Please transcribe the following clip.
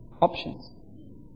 options